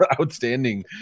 outstanding